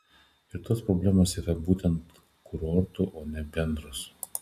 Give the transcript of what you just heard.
ir tos problemos yra būtent kurortų o ne bendros